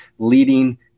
leading